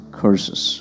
curses